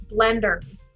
Blender